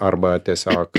arba tiesiog